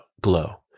glow